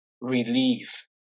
relief